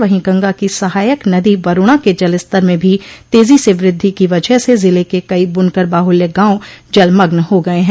वहीं गंगा की सहायक नदी वरूणा के जलस्तर में भी तेज़ी से वृद्धि की वजह से ज़िले के कई बुनकर बाहुल्य गांव जलमग्न हो गये हैं